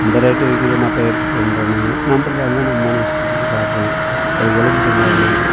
இந்த ரேட்டு விற்கிது என்னாப்பா எடுத்துத் உண்றோன்னுவாங்க நம்மளுதா இருந்தால் நம்மானு இஷ்டத்துக்கு சாப்பிட்லாம் ஒரு எலுமிச்சம் மரம் நடுறோம்